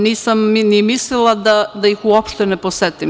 Nisam ni mislila da ih uopšte ne posetim.